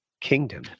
kingdom